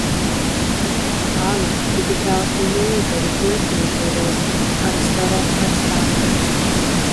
o ana tu tikriausiai neįtari pulkininko reiso ar sero eustachijaus